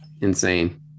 Insane